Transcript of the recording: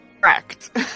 Correct